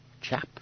chap